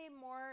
more